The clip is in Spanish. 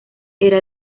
era